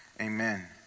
Amen